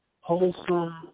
wholesome